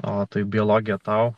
o tai biologija tau